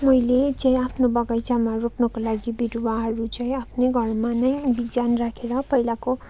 मैले चाहिँ आफ्नो बगैँचामा रोप्नको लागि बिरुवाहरू चाहिँ आफ्नै घरमा नै बिजन राखेर पहिलाको